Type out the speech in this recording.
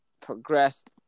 progressed